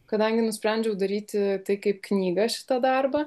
kadangi nusprendžiau daryti tai kaip knyga šitą darbą